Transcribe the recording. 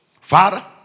Father